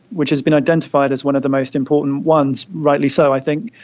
which has been identified as one of the most important ones, rightly so i think,